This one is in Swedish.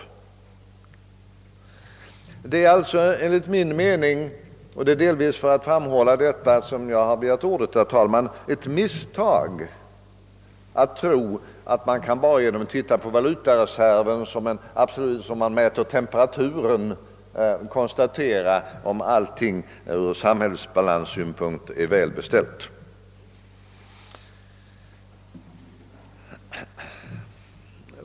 Det är alltså enligt min mening — och det är delvis för att framhålla detta som jag har begärt ordet — ett misstag att tro att man bara genom att se på valutareserven, ungefär som man mäter temperaturen, kan konstatera om allt ur samhällsbalanssynpunkt är väl beställt.